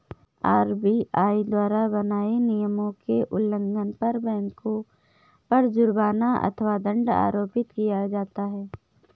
RBI द्वारा बनाए नियमों के उल्लंघन पर बैंकों पर जुर्माना अथवा दंड आरोपित किया जाता है